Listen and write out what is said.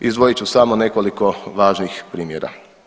Izdvojit ću samo nekoliko važnih primjera.